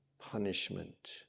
punishment